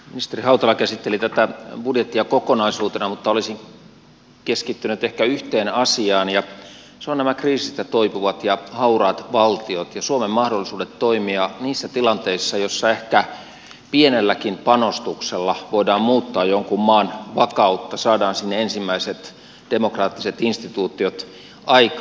ministeri hautala käsitteli tätä budjettia kokonaisuutena mutta olisin keskittynyt ehkä yhteen asiaan ja se on kriisistä toipuvat ja hauraat valtiot ja suomen mahdollisuudet toimia niissä tilanteissa joissa ehkä pienelläkin panostuksella voidaan muuttaa jonkun maan vakautta saadaan sinne ensimmäiset demokraattiset instituutiot aikaan